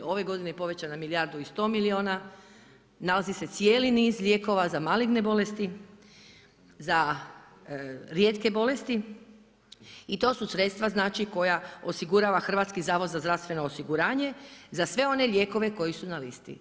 Ove godine je povećan na milijardu i 100 milijuna, nalazi se cijeli niz lijekova za maligne bolesti, za rijetke bolesti i to su sredstva znači koja osigurava Hrvatski zavod za zdravstveno osiguranje, za sve one lijekove koji su na listi.